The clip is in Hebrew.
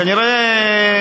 כנראה,